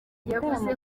yavuze